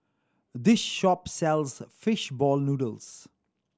this shop sells fish ball noodles